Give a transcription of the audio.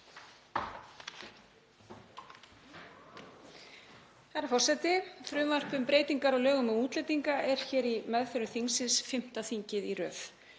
Herra forseti. Frumvarp um breytingar á lögum um útlendinga er hér í meðförum þingsins fimmta þingið í röð.